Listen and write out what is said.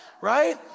right